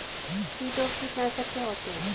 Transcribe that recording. कीट और कीटनाशक क्या होते हैं?